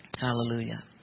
Hallelujah